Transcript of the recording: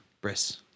Bris